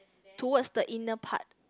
towards the inner part